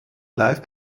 live